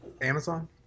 Amazon